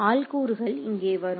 ஆள்கூறுகள் இங்கே வரும்